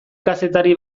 kazetari